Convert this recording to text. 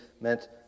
meant